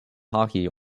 hockey